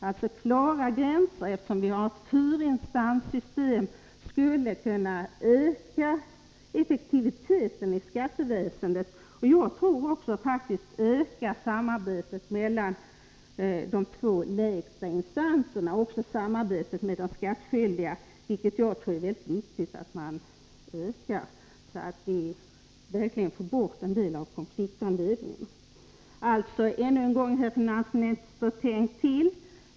Eftersom vi har ett system med fyra instanser skulle alltså klara gränser kunna öka effektiviteten i skatteväsendet, öka samarbetet mellan de två lägsta instanserna och samarbetet med de skattskyldiga. Jag tror att det är mycket viktigt att man ökar detta, så att man verkligen får bort en del av konfliktanledningarna. Tänk alltså till ännu en gång, herr finansminister!